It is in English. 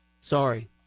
Sorry